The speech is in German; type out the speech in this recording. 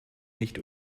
nicht